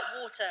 water